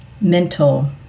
mental